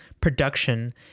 production